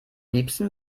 liebsten